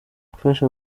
gufasha